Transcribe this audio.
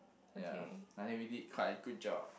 ya I think we did quite a good job